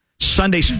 Sunday